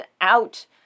out